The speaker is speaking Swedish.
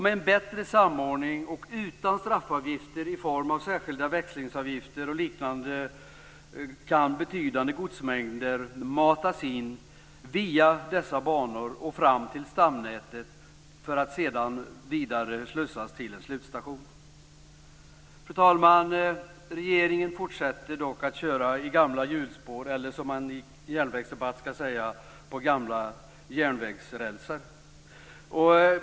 Med bättre samordning, och utan straffavgifter i form av särskilda växlingsavgifter och liknande, kan betydande godsmängder matas in via dessa banor fram till stamnätet för att sedan slussas vidare till en slutstation. Fru talman! Regeringen fortsätter dock att köra i gamla hjulspår eller, som man skall säga i järnvägsdebatter, på gamla järnvägsrälsar.